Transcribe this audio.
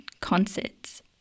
concerts